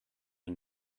une